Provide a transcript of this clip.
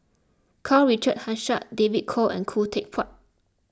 Karl Richard Hanitsch David Kwo and Khoo Teck Puat